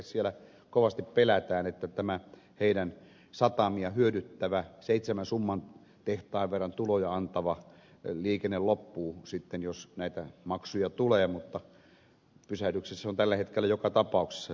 siellä kovasti pelätään että tämä heidän satamiaan hyödyttävä seitsemän summan tehtaan verran tuloja antava liikenne loppuu sitten jos näitä maksuja tulee mutta pysähdyksissä satamaliikenne on tällä hetkellä joka tapauksessa